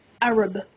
Arab